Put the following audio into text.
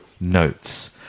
notes